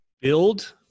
Build